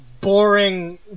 boring